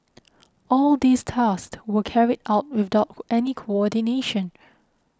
all these tasks were carried out without any coordination